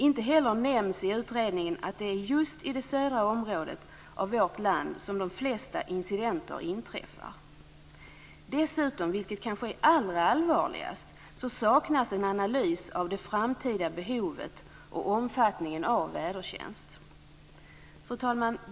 Inte heller nämns det i utredningen att det just är i det södra området av vårt land som de flesta incidenter inträffar. Dessutom, vilket kanske är det allra allvarligaste, saknas en analys av det framtida behovet och den framtida omfattningen av vädertjänst. Fru talman!